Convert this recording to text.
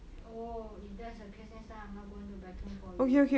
oh if that's the case next time I'm not going to vacuum for you